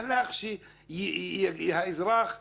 מהלך שהאזרח יגיד: